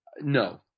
No